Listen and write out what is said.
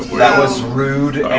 that was rude.